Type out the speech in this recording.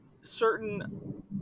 certain